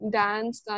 dance